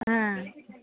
ಹಾಂ